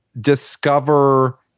discover